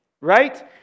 right